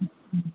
अछा